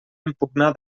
impugnar